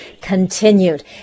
continued